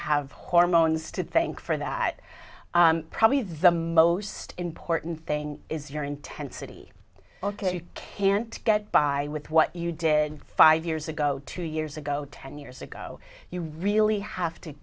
have hormones to thank for that probably the most important thing is your intensity ok you can't get by with what you did five years ago two years ago ten years ago you really have to